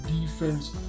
defense